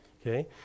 Okay